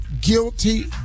guilty